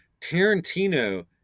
Tarantino